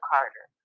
Carter